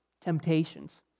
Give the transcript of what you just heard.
temptations